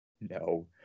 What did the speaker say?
No